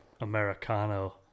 Americano